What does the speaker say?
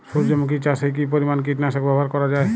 সূর্যমুখি চাষে কি পরিমান কীটনাশক ব্যবহার করা যায়?